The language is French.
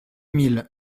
mille